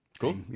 Cool